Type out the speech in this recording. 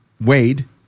wade